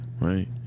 Right